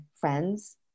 friends